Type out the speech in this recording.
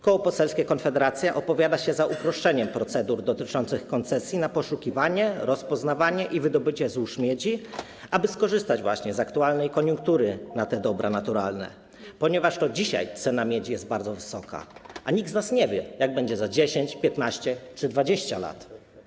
Koło Poselskie Konfederacja opowiada się za uproszczeniem procedur dotyczących koncesji na poszukiwanie, rozpoznawanie i wydobycie złóż miedzi, aby skorzystać z koniunktury na te dobra naturalne, ponieważ dzisiaj cena miedzi jest bardzo wysoka, a nikt z nas nie wie, jak będzie za 10, 15 czy 20 lat.